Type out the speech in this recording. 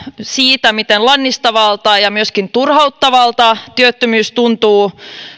siitä miten lannistavalta ja myöskin turhauttavalta työttömyys tuntuu